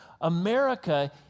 America